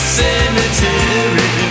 cemetery